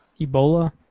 Ebola